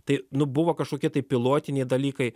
tai nu buvo kažkokie tai pilotiniai dalykai